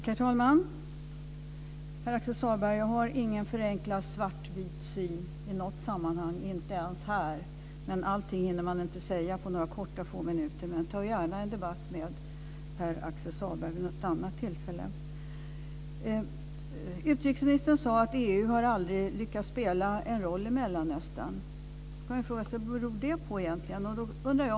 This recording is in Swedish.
Herr talman! Pär Axel Sahlberg, jag har ingen förenklad syn i något sammanhang, inte heller här. Allting hinner man inte säga på några få, korta minuter, men jag tar gärna en debatt med Pär Axel Sahlberg vid något annat tillfälle. Utrikesministern sade att EU aldrig har lyckats spela en roll i Mellanöstern. Man kan fråga sig vad det egentligen beror på.